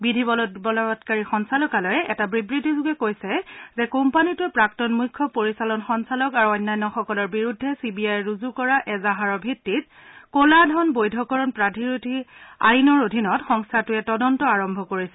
বিধি বলবৎকাৰী সঞ্চালকালয়ে এটা বিবৃতি যোগে কৈছে যে কোম্পানীটোৰ প্ৰাক্তন মুখ্য পৰিচালন সঞ্চালক আৰু অন্যান্যসকলৰ বিৰুদ্ধে চি বি আইয়ে ৰুজু কৰা এজাহাৰৰ ভিত্তিত কলা ধন বৈধকৰণ প্ৰতিৰোধী আইনৰ অধীনত সংস্থাটোৱে তদন্ত আৰম্ভ কৰিছে